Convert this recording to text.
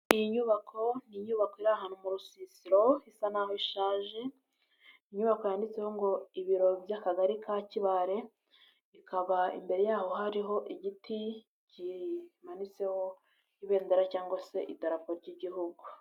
Iyi nyubako ni inyubako, iri ahantu mu rusisiro isa n'aho ishaje, inyubako yanditseho ngo ibiro by'Akagari ka Kibale, ikaba imbere yaho hariho igiti kimanitseho ibendera cyangwag se idarapo ry'igihugu.